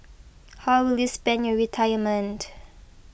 how will you spend your retirement